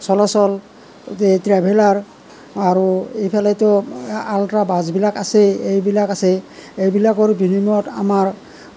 চলাচল ট্ৰেভেলাৰ আৰু এইফালেতো আল্ট্ৰা বাছবিলাক আছেই এইবিলাক আছেই এইবিলাকৰ বিনিময়ত আমাৰ